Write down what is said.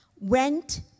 went